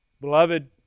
Beloved